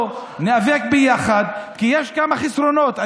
וניאבק יחד, כי יש כמה חסרונות.